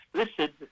explicit